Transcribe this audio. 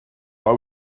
are